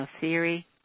theory